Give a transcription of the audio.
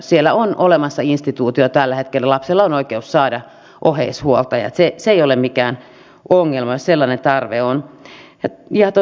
siellä on olemassa instituutio tällä hetkellä lapsella on oikeus saada oheishuoltaja se ei ole mikään ongelma jos sellainen tarve on